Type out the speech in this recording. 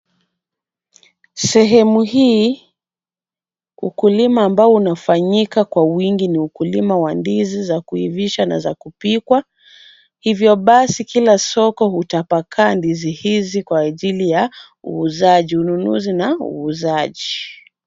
Sehemu hii ukulima ambao unafanyika kwa wingi ni ukulima wa ndizi za kuivisha na za kupikwa, hivyo basi kila soko hutapakaa ndizi hizi kwa ajili ya ununuzi na uuzaji.